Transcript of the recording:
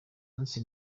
munsi